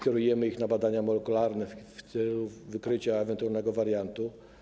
Kierujemy ich na badania molekularne w celu wykrycia ewentualnego wariantu.